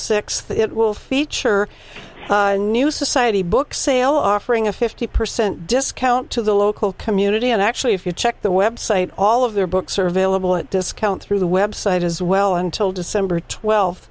sixth it will feature a new society book sale offering a fifty percent discount to the local community and actually if you check the website all of their books are available at discount through the website as well until december twel